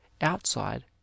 outside